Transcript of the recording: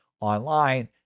online